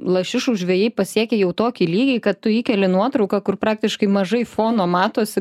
lašišų žvejai pasiekė jau tokį lygį kad tu įkeli nuotrauką kur praktiškai mažai fono matosi